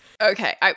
Okay